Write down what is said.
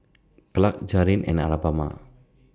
Clarke Jaren and Alabama